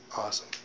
Awesome